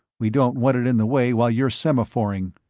we don't want it in the way while you're semaphoring.